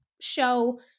show